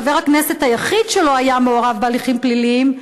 חבר הכנסת היחיד שלא היה מעורב בהליכים פליליים,